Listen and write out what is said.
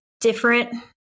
different